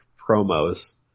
promos